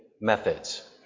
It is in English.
methods